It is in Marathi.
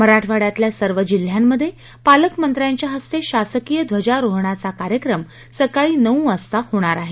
मराठवाङ्यातल्या सर्व जिल्ह्यांमध्ये पालकमंत्र्याच्या इस्ते शासकीय ध्वजारोहणाचा कार्यक्रम सकाळी नऊ वाजता होणार आहे